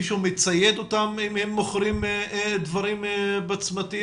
מישהו מצייד אותם אם הם מוכרים דברים בצמתים.